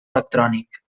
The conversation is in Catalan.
electrònic